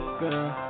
girl